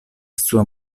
sua